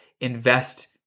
invest